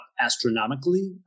astronomically